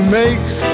makes